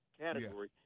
category—